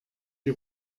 die